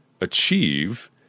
achieve